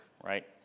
right